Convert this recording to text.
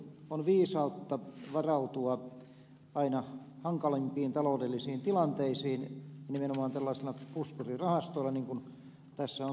on viisautta varautua aina hankalimpiin taloudellisiin tilanteisiin nimenomaan tällaisilla puskurirahastoilla niin kuin tässä on tuotu esille